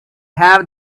have